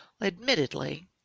Admittedly